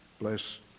Bless